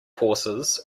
horses